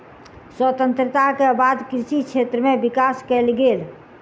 स्वतंत्रता के बाद कृषि क्षेत्र में विकास कएल गेल